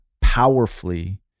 powerfully